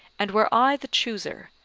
and were i the chooser,